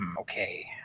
okay